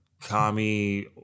Kami